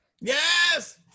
Yes